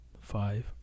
five